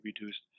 reduced